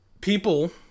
People